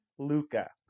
Luca